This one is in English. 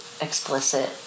explicit